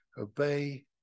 obey